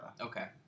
Okay